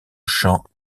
chant